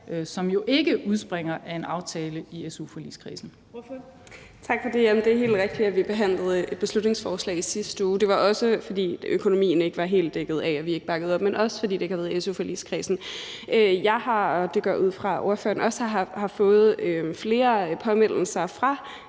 som jo ikke udspringer af en aftale i su-forligskredsen.